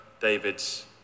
David's